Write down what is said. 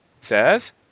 Says